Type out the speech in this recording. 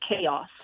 chaos